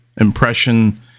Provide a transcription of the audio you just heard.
impression